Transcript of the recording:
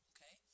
Okay